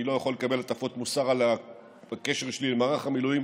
אני לא יכול לקבל הטפות מוסר על הקשר שלי עם מערך המילואים